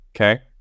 okay